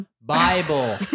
Bible